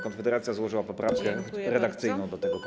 Konfederacja złożyła poprawkę redakcyjną do tego punktu.